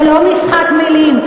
זה לא משחק מילים.